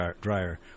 dryer